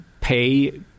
pay